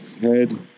head